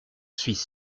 suis